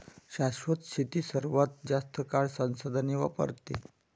शाश्वत शेती सर्वात जास्त काळ संसाधने वापरते